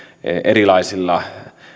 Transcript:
erilaisilla